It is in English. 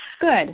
good